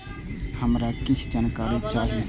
हमरा कीछ जानकारी चाही